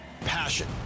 Passion